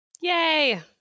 Yay